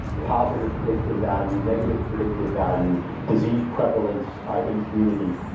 positive predictive value, negative predictive value, disease prevalence in communities,